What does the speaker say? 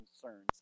concerns